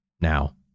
Now